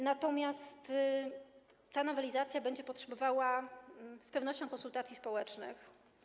Natomiast ta nowelizacja będzie potrzebowała z pewnością konsultacji społecznych.